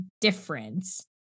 difference